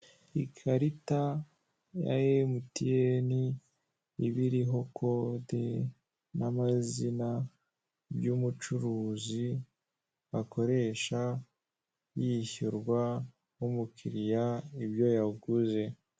Ikarita ya MTN iba iriho kode n'amazina by'umucuruzi, akoresha yishyurwa n'umukiriya ibyo yaguze.